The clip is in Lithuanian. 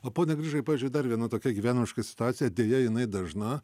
o pone grižai pavyzdžiui dar viena tokia gyvenimiška situacija deja jinai dažna